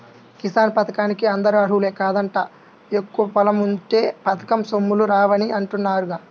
కిసాన్ పథకానికి అందరూ అర్హులు కాదంట, ఎక్కువ పొలం ఉంటే పథకం సొమ్ములు రావని అంటున్నారుగా